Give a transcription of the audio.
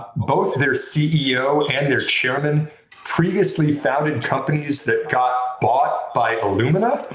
both their ceo and their chairman previously founded companies that got bought by illumina,